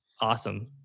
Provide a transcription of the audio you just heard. awesome